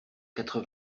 quatre